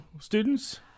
students